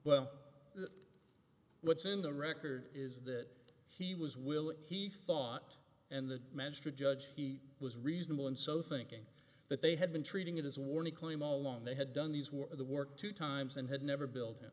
well what's in the record is that he was willing he thought and the magistrate judge he was reasonable and so thinking that they had been treating it as a warning claim all along they had done these were the work two times and had never buil